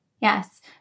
Yes